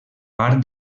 part